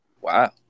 Wow